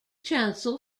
chancel